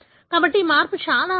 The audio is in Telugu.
కాబట్టి ఈ మార్పు చాలా అరుదు